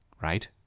right